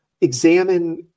examine